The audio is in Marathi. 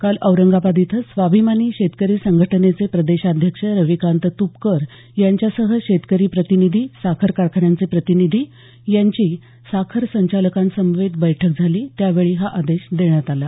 काल औरंगाबाद इथं स्वाभिमानी शेतकरी संघटनेचे प्रदेशाध्यक्ष रविकांत तुपकर यांच्यासह शेतकरी प्रतिनिधी साखर कारखान्यांचे प्रतिनिधी यांची साखर संचालकांसमवेत बैठक झाली त्यावेळी हा आदेश देण्यात आला